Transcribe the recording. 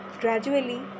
Gradually